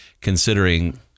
considering